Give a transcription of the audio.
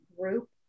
group